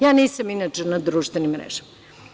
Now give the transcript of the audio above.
Ja nisam, inače, na društvenim mrežama.